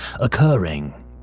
occurring